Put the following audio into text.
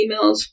emails